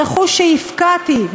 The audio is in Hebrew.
רכוש שהפקעתי,